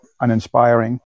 uninspiring